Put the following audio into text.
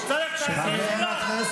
הוא צריך את העזרה שלך?